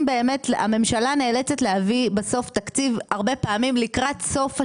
והממשלה נאלצת להביא בסוף תקציב הרבה פעמים לקראת סוף השנה,